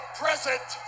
present